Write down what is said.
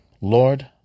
Lord